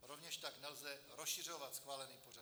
Rovněž tak nelze rozšiřovat schválený pořad.